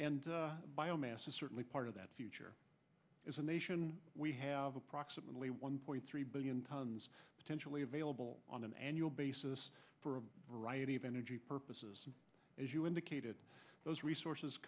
and bio mass is certainly part of that future as a nation we have approximately one point three billion tons potentially available on an annual basis for a variety of energy purposes as you indicated those resources